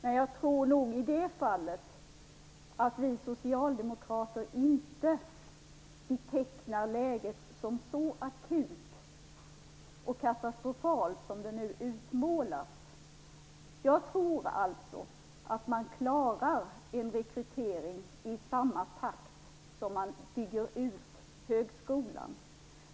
I det här fallet betecknar vi socialdemokrater inte läget som så akut och katastrofalt som det nu utmålas. Jag tror alltså inte att man klarar en rekrytering i samma takt som man bygger ut högskolan.